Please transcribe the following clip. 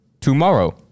tomorrow